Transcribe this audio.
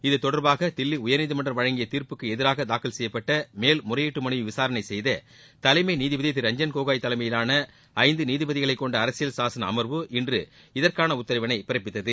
இத்தொடர்பாக தில்லி உயர்நீதிமன்றம் வழங்கிய தீர்ப்புக்கு எதிராக தாக்கல் செய்யப்பட்ட மேல் முறையீட்டு மனுவிளை விசாரணை செய்த தலைமை நீதிபதி திரு ரஞ்சன் கோகோய் தலைமையிலான ஐந்து நீதிபதிகளை கொண்ட அரசியல் சாசன அமர்வு இன்று இதற்கான உத்தரவினை பிறப்பித்தது